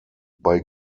bei